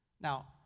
Now